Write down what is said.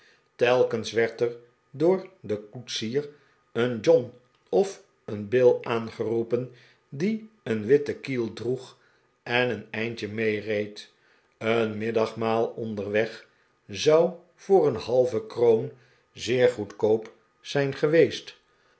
telkens werd er door den koetsier een john of een bill aangeroepen die een witten kiel droeg en een eindje meereed een middagmaal onderweg zou voor een halve kroon zeer goedkoop zijn geweest